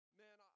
man